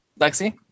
Lexi